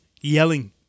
Yelling